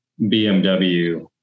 BMW